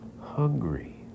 hungry